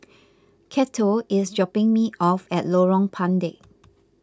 Cato is dropping me off at Lorong Pendek